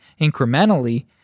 Incrementally